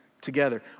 together